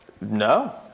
No